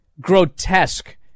grotesque